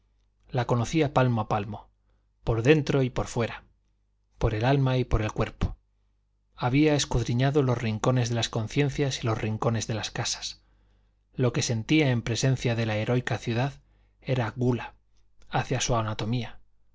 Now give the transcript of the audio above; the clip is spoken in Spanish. la conocía palmo a palmo por dentro y por fuera por el alma y por el cuerpo había escudriñado los rincones de las conciencias y los rincones de las casas lo que sentía en presencia de la heroica ciudad era gula hacía su anatomía